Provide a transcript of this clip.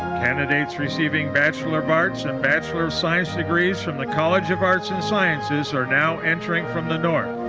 candidates receiving bachelor of arts and bachelor of science degrees from the college of arts and sciences are now entering from the north,